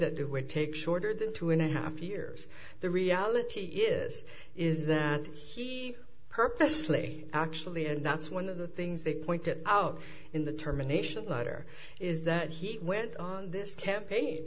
that they would take shorter than two and a half years the reality is is that he purposely actually and that's one of the things they pointed out in the terminations letter is that he went on this campaign